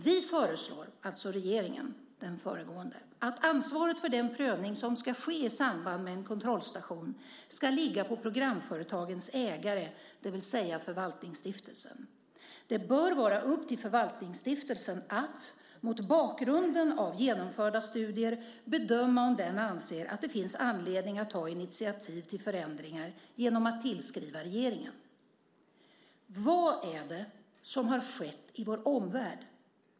Vi föreslår - alltså den föregående regeringen - att ansvaret för den prövning som ska ske i samband med en kontrollstation ska ligga på programföretagens ägare, det vill säga Förvaltningsstiftelsen. Det bör vara upp till Förvaltningsstiftelsen att mot bakgrunden av genomförda studier bedöma om den anser att det finns anledning att ta initiativ till förändringar genom att tillskriva regeringen. Så står det. Vad är det som har skett i vår omvärld?